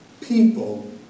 people